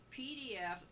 PDF